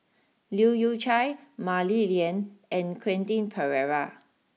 Leu Yew Chye Mah Li Lian and Quentin Pereira